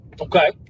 okay